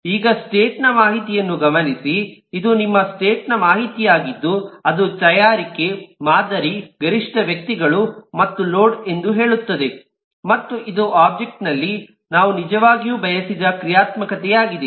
ಈಗ ಸ್ಟೇಟ್ ನ ಮಾಹಿತಿಯನ್ನು ಗಮನಿಸಿ ಇದು ನಿಮ್ಮ ಸ್ಟೇಟ್ ನ ಮಾಹಿತಿಯಾಗಿದ್ದು ಅದು ತಯಾರಿಕೆ ಮಾದರಿ ಗರಿಷ್ಠ ವ್ಯಕ್ತಿಗಳು ಮತ್ತು ಲೋಡ್ ಎಂದು ಹೇಳುತ್ತದೆ ಮತ್ತು ಇದು ಒಬ್ಜೆಕ್ಟ್ ನಲ್ಲಿ ನಾವು ನಿಜವಾಗಿಯೂ ಬಯಸಿದ ಕ್ರಿಯಾತ್ಮಕತೆಯಾಗಿದೆ